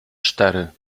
cztery